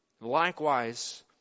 Likewise